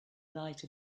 light